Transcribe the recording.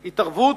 התערבות,